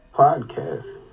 Podcast